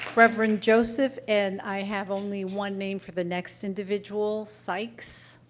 reverend joseph, and i have only one name for the next individual, sykes.